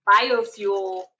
biofuel